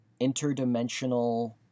interdimensional